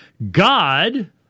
God